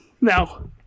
No